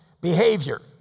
behavior